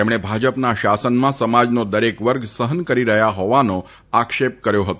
તેમણે ભાજપના શાસનમાં સમાજનો દરેક વર્ગ સહન કરી રહયાં હોવાનું આક્ષેપ કર્યો હતો